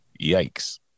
yikes